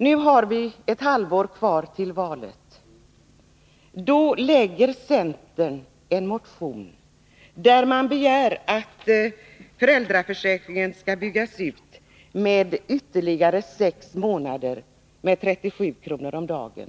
Nu har vi ett halvår kvar till valet. Då väcker centern en motion, där man begär att föräldraförsäkringen skall byggas ut med ytterligare sex månader med 37 kr. om dagen